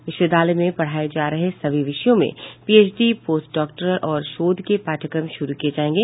विश्वविद्यालय में पढ़ाये जा रहे सभी विषयों में पीएचडी पोस्ट डॉक्टरल और शोध के पाठ्यक्रम श्रू किये जायेंगे